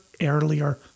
earlier